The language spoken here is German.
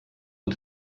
und